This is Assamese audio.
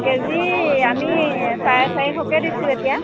কে জি আমি চাৰে চাৰিশকৈ দিছোঁ এতিয়া